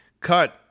cut